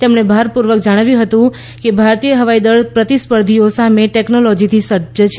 તેમણે ભારપૂર્વક જણાવ્યું હતું કે ભારતીય હવાઈદળ પ્રતિસ્પર્ધીઓ સામે ટેક્નોલોજીથી સજ્જ છે